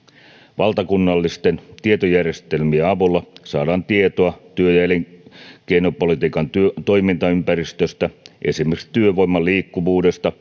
valtakunnallisten tietojärjestelmien avulla saadaan tietoa työ ja elinkeinopolitiikan toimintaympäristöstä esimerkiksi työvoiman liikkuvuudesta